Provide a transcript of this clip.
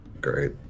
great